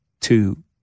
two